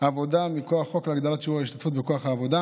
עבודה מכוח חוק להגדלת שיעור ההשתתפות בכוח העבודה